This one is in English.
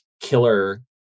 killer